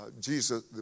Jesus